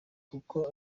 kuko